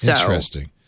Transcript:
Interesting